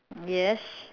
yes